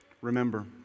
remember